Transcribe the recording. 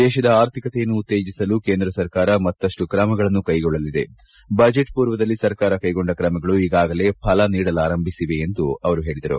ದೇಶದ ಆರ್ಥಿಕತೆಯನ್ನು ಉತ್ತೇಜಿಸಲು ಕೇಂದ್ರ ಸರ್ಕಾರ ಮತ್ತಷ್ವು ಕ್ರಮಗಳನ್ನು ಕೈಗೊಳ್ಳಲಿದೆ ಬಜೆಟ್ ಪೂರ್ವದಲ್ಲಿ ಸರ್ಕಾರ ಕೈಗೊಂಡ ಕ್ರಮಗಳು ಈಗಾಗಲೇ ಫಲ ನೀಡಲಾರಂಭಿಸಿವೆ ಎಂದು ಅವರು ಹೇಳಿದರು